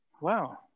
Wow